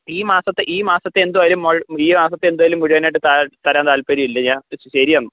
ഈ മാസത്തെ ഈ മാസത്തെ എന്തുവായാലും മുഴുവൻ ഈ മാസത്തെ എന്തായാലും മുഴുവനായിട്ട് തരാൻ തരാൻ താല്പര്യമില്ല ഞാൻ ശരിയെന്നാൽ